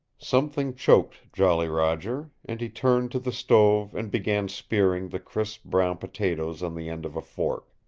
something choked jolly roger, and he turned to the stove and began spearing the crisp brown potatoes on the end of a fork.